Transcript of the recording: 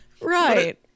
Right